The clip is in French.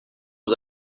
aux